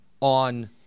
on